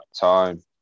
time